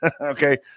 Okay